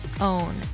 own